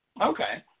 Okay